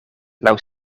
laŭ